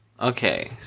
Okay